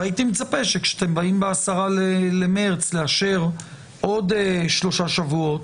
והייתי מצפה שכאשר אתם באים ב-10 במרץ לאשר בעוד שלושה שבועות,